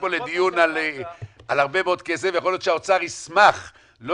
פה לדיון על הרבה מאוד כסף ויכול להיות שהאוצר ישמח לא